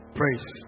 praise